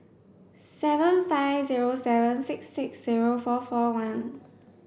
seven five zero seven six six zero four four one